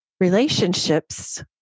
relationships